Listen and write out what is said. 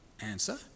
Answer